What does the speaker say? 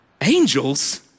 angels